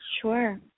Sure